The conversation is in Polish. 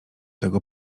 tego